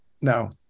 No